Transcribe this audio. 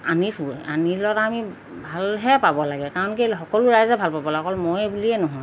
আনিছোঁ আনি লোৱাত আমি ভালহে পাব লাগে কাৰণ কি সকলো ৰাইজে ভাল পাব লাগে অকল ময়ে বুলিয়েই নোহোৱা